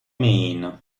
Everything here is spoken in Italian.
main